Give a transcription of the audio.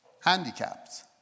Handicapped